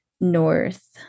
north